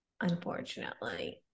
unfortunately